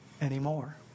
anymore